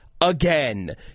again